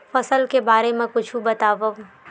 फसल के बारे मा कुछु बतावव